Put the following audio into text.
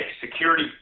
security